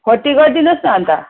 forty गरिदिनु होस् न अन्त